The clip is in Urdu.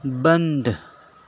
بند